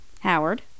howard